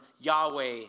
Yahweh